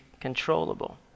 controllable